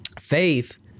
Faith